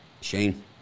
Shane